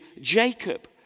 Jacob